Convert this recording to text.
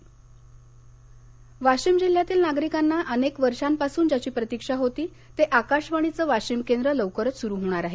आकाशवाणी केंद्र वाशीम वाशिम जिल्ह्यातील नागरिकांना अनेक वर्षांपासून ज्याची प्रतीक्षा होती ते आकाशवाणीचं वाशिम केंद्र लवकरच सुरू होणार आहे